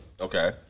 Okay